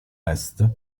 est